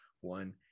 one